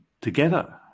together